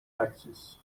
taxes